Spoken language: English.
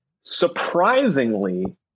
Surprisingly